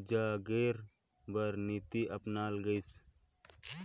उजागेर बर नीति अपनाल गइस